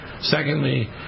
Secondly